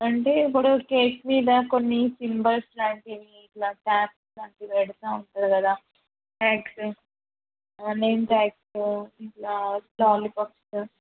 అంటే ఇప్పుడు కేక్స్ మీద కొన్ని సింబల్స్ లాంటివి ఇట్లా క్యాప్స్ లాంటివి పెడుతు ఉంటారు కదా ట్యాగ్సు నేమ్ ట్యాగ్సు ఇంకా లాలిపప్సు